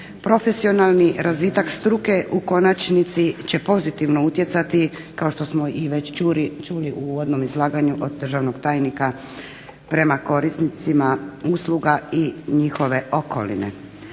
Profesionalni razvitak struke u konačnici će pozitivno utjecati kao što smo već čuli u uvodnom izlaganju od državnog tajnika prema korisnicima usluga i njihove okoline.